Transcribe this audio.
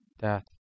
death